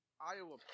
Iowa